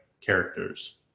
characters